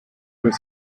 was